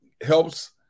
helps